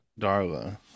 Darla